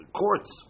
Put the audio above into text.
courts